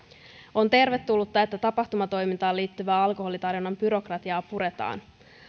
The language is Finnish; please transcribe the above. on tervetullutta että tapahtumatoimintaan liittyvää alkoholitarjonnan byrokratiaa puretaan